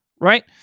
right